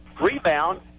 Rebound